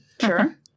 Sure